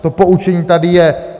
To poučení tady je.